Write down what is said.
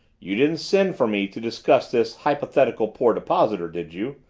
you didn't send for me to discuss this hypothetical poor depositor, did you?